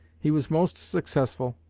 he was most successful,